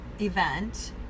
event